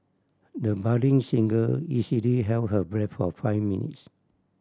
the budding singer easily held her breath for five minutes